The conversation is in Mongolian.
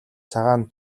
цагаан